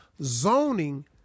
Zoning